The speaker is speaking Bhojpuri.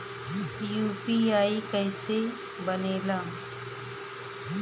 यू.पी.आई कईसे बनेला?